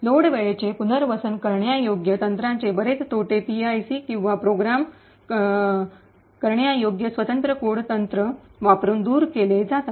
load वेळेचे पुनर्वसन करण्यायोग्य तंत्रांचे बरेच तोटे पीआयसी किंवा प्रोग्राम करण्यायोग्य स्वतंत्र कोड तंत्र वापरून दूर केले जातात